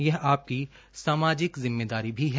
यह आपकी सामाजिक जिम्मेदारी भी है